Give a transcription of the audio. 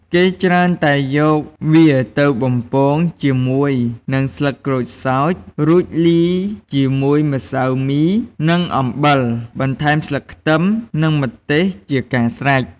គេច្រើនតែយកវាទៅបំពងជាមួយនឹងស្លឹកក្រូចសើច រួចលាយជាមួយម្សៅមី និងអំបិល បន្ថែមស្លឹកខ្ទឹមនិងម្ទេសជាការស្រេច។